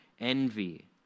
envy